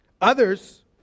Others